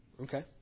Okay